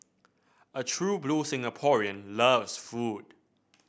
a true blue Singaporean loves food